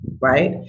right